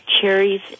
cherries